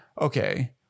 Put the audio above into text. Okay